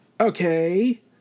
Okay